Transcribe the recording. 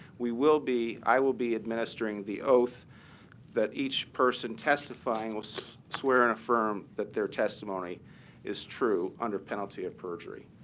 we will be i will be administering the oath that each person testifying will swear and affirm that their testimony is true under penalty of perjury.